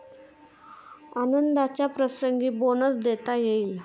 आनंदाच्या प्रसंगी बोनस देता येईल